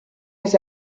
his